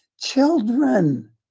children